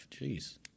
Jeez